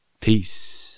Peace